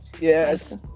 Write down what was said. yes